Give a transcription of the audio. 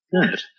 Good